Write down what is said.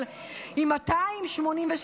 למודיעין,